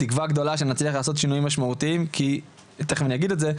בתקווה שנצליח לעשות שינויים משמעותיים ותיכף אני ארחיב לגבי זה,